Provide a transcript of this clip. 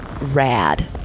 rad